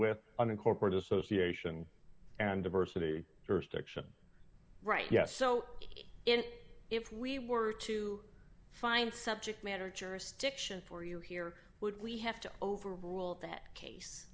with unincorporated association and diversity jurisdiction right yes so in if we were to find subject matter jurisdiction for you here would we have to overrule that case